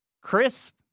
Chris